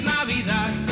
Navidad